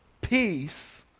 Peace